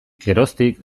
geroztik